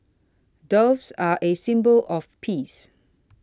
doves are a symbol of peace